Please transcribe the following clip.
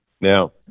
Now